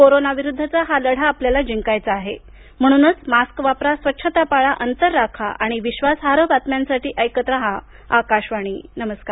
corona विरुद्धचा हा लढा आपल्याला जिंकायचा आहे म्हणूनच मास्क वापरा स्वच्छता पाळा अंतर राखा आणि विश्वासार्ह बातम्यांसाठी ऐकत रहा आकाशवाणी नमस्कार